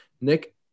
Nick